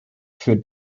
für